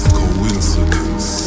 coincidence